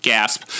Gasp